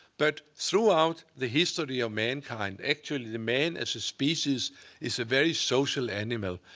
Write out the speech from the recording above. but throughout the history of mankind, actually the man as a species is a very social animal,